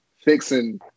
fixing